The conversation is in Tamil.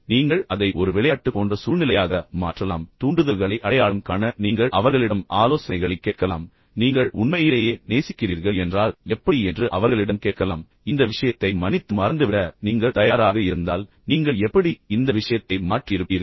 இப்போது நீங்கள் அதை ஒரு விளையாட்டு போன்ற சூழ்நிலையாக மாற்றலாம் பின்னர் மேலும் தூண்டுதல்களை அடையாளம் காண நீங்கள் அவர்களிடம் ஆலோசனைகளைக் கேட்கலாம் மேலும் நீங்கள் உண்மையிலேயே நேசிக்கிறீர்கள் என்றால் எப்படி என்று அவர்களிடம் கேட்கலாம் இந்த விஷயத்தை மன்னித்து மறந்துவிட நீங்கள் தயாராக இருந்தால் நீங்கள் எப்படி இந்த விஷயத்தை மாற்றியிருப்பீர்கள்